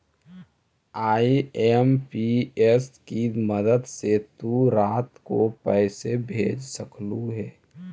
IMPS की मदद से तु रात को पैसे भेज सकलू हे